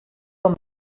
com